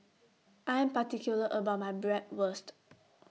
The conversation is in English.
I Am particular about My Bratwurst